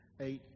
eight